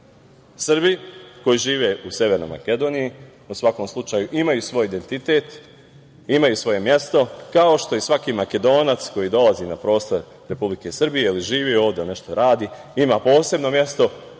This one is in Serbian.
koji žive u Severnoj Makedoniji u svakom slučaju imaju svoj identitet, imaju svoje mesto, kao što i svaki Makedonac koji dolazi na prostor Republike Srbije ili živi ovde ili nešto radi ima posebno mesto